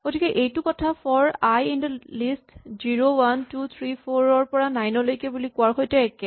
গতিকে এইটো কথা for I in the list zero one two three four ৰ পৰা নাইন লৈকে বুলি কোৱাৰ সৈতে একে